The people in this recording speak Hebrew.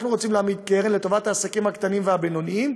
אנחנו רוצים להעמיד קרן לטובת העסקים הקטנים והבינוניים,